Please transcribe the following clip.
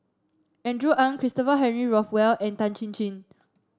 Andrew Ang Christopher Henry Rothwell and Tan Chin Chin